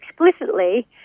explicitly